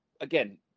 Again